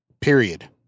Period